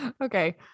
Okay